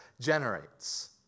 generates